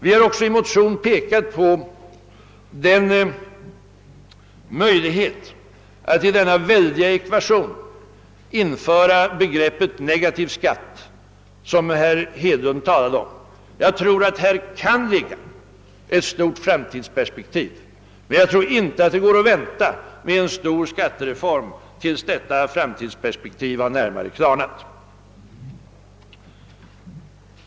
Vi har också i en motion pekat på möjligheten att i denna väldiga ekvation införa begreppet negativ skatt, något som herr Hedlund talade om. Jag tror att här kan ligga ett stort framtidsperspektiv, men jag tror inte att det går att vänta med en stor skattereform till dess detta framtidsperspektiv har närmare klarnat.